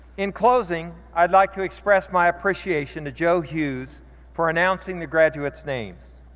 in closing i'd like to express my appreciation to joe hughes for announcing the graduates' names.